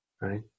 Right